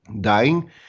dying